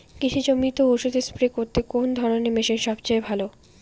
কৃষি জমিতে ওষুধ স্প্রে করতে কোন ধরণের মেশিন সবচেয়ে ভালো?